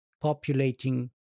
populating